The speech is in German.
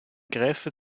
graefe